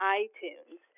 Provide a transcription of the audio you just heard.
iTunes